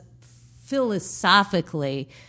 philosophically